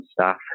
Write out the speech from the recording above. staff